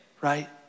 right